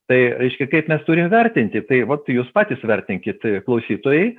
tai reiškia kaip mes turim vertinti tai vat jūs patys vertinkit klausytojai